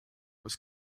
was